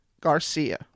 Garcia